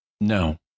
No